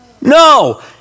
No